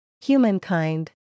Humankind